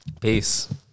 Peace